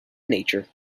nature